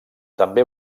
també